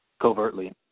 covertly